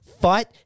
fight